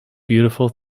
beautiful